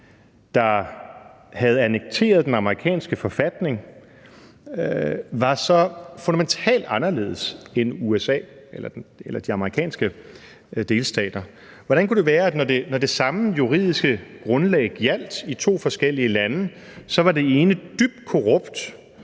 der havde annekteret den amerikanske forfatning, var så fundamentalt anderledes end USA eller de amerikanske delstater. Hvordan kunne det være, når det samme juridiske grundlag gjaldt i to forskellige lande, at det ene så var dybt korrupt